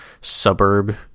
suburb